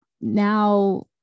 now